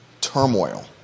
turmoil